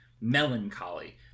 melancholy